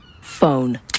phone